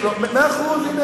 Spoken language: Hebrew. מאה אחוז.